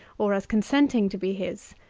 or as consenting to be his.